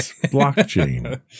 blockchain